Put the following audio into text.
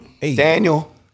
Daniel